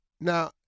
Now